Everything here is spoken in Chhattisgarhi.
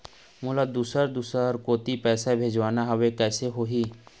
मोला दुसर दूसर कोती पैसा भेजवाना हवे, कइसे होही?